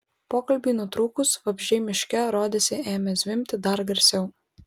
pokalbiui nutrūkus vabzdžiai miške rodėsi ėmė zvimbti dar garsiau